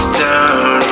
down